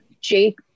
Jake